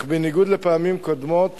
אך בניגוד לפעמים קודמות